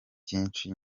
byinshi